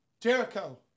Jericho